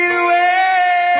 away